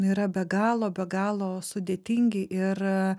nu yra be galo be galo sudėtingi ir